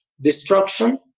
destruction